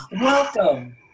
welcome